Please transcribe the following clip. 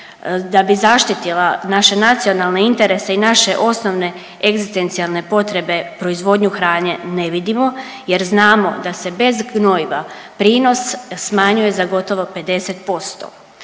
da bi zaštitila naše nacionalne interese i naše osnovne egzistencijalne potrebe proizvodnju hrane ne vidimo jer znamo da se bez gnojiva prinos smanjuje za gotovo 50%.